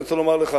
אני רוצה לומר לך,